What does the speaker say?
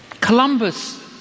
Columbus